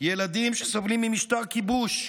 ילדים שסובלים ממשטר כיבוש,